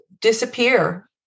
disappear